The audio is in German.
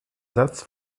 satz